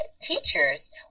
teachers